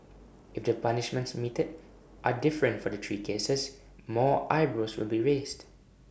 if the punishments meted are different for the three cases more eyebrows will be raised